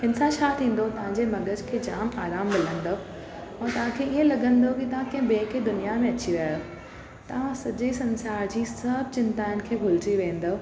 हिन सां छा थींदो तव्हांखे मग़ज खे जाम आरामु मिलंदो ऐं तव्हांखे ईअ लॻंदो की तव्हां कीअं ॿिए की दुनिया में अची विया आहियो तव्हां सॼे संसार जी सब चिंताउनि खे भुलजी वेंदो